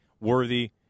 Worthy